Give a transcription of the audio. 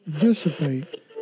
dissipate